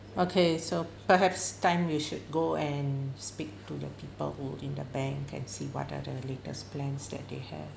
okay so perhaps tang you should go and speak to the people who work in the bank can see what are the latest plans that they have